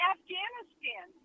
Afghanistan